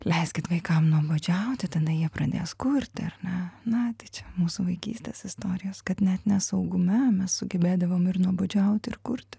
leiskit vaikam nuobodžiauti tada jie pradės kurti ar ne na tai čia mūsų vaikystės istorijos kad net ne saugume mes sugebėdavom ir nuobodžiauti ir kurti